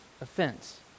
offense